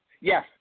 Yes